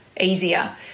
easier